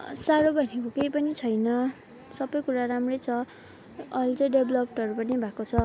साह्रो भनेको केही पनि छैन सबै कुरा राम्रै छ अहिले चाहिँ डेभलोप्डहरू पनि भएको छ